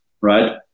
Right